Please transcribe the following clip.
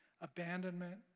abandonment